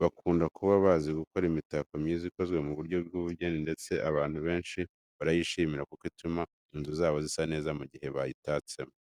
bakunda kuba bazi gukora imitako myiza ikozwe mu buryo bw'ubugeni ndetse abantu benshi barayishimira kuko ituma inzu zabo zisa neza mu gihe bayitatsemo.